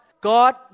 God